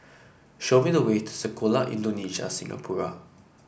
show me the way to Sekolah Indonesia Singapura